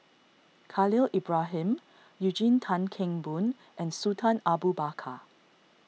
Khalil Ibrahim Eugene Tan Kheng Boon and Sultan Abu Bakar